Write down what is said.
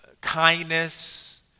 kindness